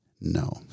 No